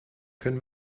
können